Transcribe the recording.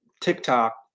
TikTok